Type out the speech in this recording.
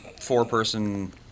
four-person